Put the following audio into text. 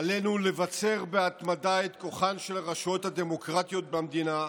עלינו לבצר בהתמדה את כוחן של הרשויות הדמוקרטיות במדינה,